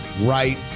Right